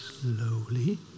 slowly